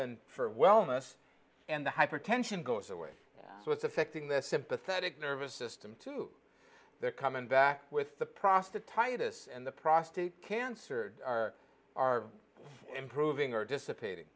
for wellness and the hypertension goes away so it's affecting their sympathetic nervous system too they're coming back with the prostitute itis and the prostate cancer are improving or dissipat